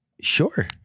Sure